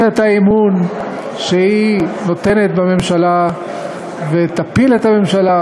את האמון שהיא נותנת בממשלה ותפיל את הממשלה.